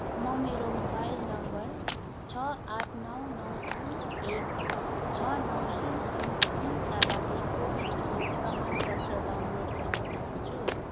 म मेरो mobile number छ आठ नौ नौ शून्य एक छ नौ शून्य शून्य तिन का लागि कोभिड खोप प्रमाणपत्र डाउनलोड गर्न चाहन्छु